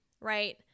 right